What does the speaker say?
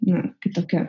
na kitokia